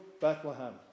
Bethlehem